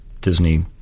Disney